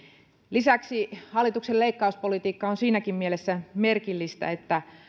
lisäksi hallituksen leikkauspolitiikka on siinäkin mielessä merkillistä että määrärahoilla